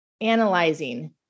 analyzing